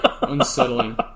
unsettling